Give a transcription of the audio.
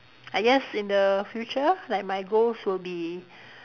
I guess in the future like my goals will be